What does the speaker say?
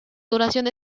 duración